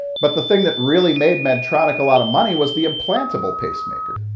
but the thing that really made medtronic a lot of money was the implantable pacemaker.